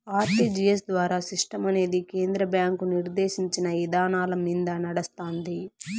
RTGS ద్వారా సిస్టమనేది కేంద్ర బ్యాంకు నిర్దేశించిన ఇదానాలమింద నడస్తాంది